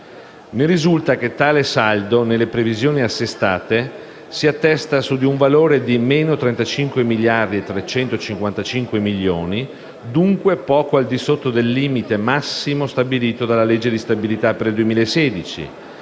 Ne risulta che tale saldo, nelle previsioni assestate, si attesta su di un valore di -35 miliardi e 355 milioni e, dunque, poco al di sotto del limite massimo stabilito dalla legge di stabilità per il 2016,